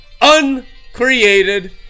Uncreated